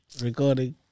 Recording